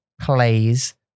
plays